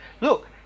look